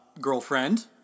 girlfriend